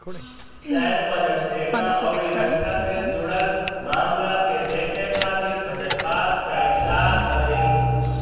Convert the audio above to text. सैन्य बजट, सेना अउरी रक्षा से जुड़ल मामला के देखे खातिर बजट पास कईल जात हवे